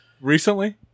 recently